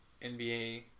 nba